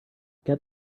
get